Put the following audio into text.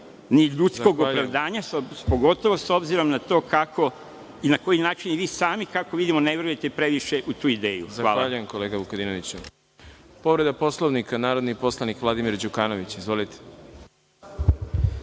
ni ljudskog opravdanja, pogotovo s obzirom na to kako i na koji način i vi sami, kako vidimo, ne verujete previše u tu ideju. Hvala. **Đorđe Milićević** Zahvaljujem, kolega Vukadinoviću. Povreda Poslovnika, narodni poslanik Vladimir Đukanović. Izvolite.